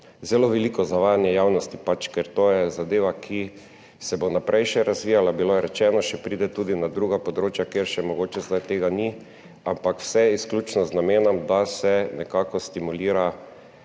zelo veliko zavajanje javnosti, ker to je zadeva, ki se bo še naprej razvijala, bilo je rečeno, še pride tudi na druga področja, kjer mogoče zdaj tega še ni, ampak vse izključno z namenom, da se nekako stimulira